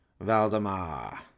Valdemar